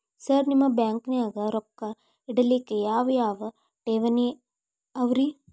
Sir ನಿಮ್ಮ ಬ್ಯಾಂಕನಾಗ ರೊಕ್ಕ ಇಡಲಿಕ್ಕೆ ಯಾವ್ ಯಾವ್ ಠೇವಣಿ ಅವ ರಿ?